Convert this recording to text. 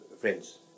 friends